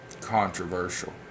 controversial